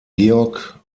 georg